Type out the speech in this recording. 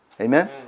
Amen